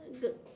good